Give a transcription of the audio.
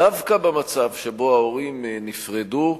דווקא במצב שבו ההורים נפרדו,